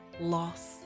loss